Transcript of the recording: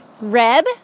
reb